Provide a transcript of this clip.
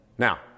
Now